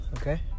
okay